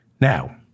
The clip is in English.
Now